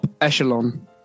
echelon